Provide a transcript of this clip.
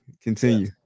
Continue